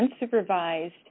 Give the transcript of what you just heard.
unsupervised